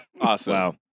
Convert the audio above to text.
Awesome